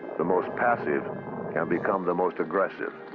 the most passive can become the most aggressive.